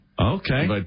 Okay